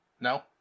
No